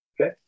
Okay